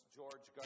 George